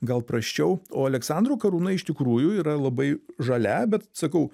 gal prasčiau o aleksandro karūna iš tikrųjų yra labai žalia bet sakau